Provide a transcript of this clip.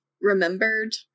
remembered